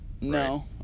No